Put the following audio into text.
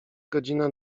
godzina